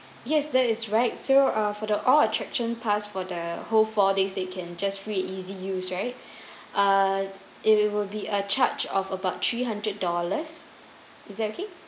yes that is right so uh for the all attraction pass for the whole four days they can just free and easy use right uh it will be a charge of about three hundred dollars is that okay